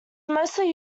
mostly